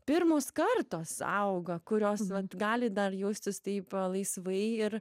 pirmos kartos auga kurios gali dar jaustis taip laisvai ir